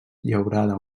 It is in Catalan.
llaurada